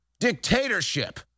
dictatorship